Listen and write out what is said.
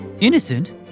Innocent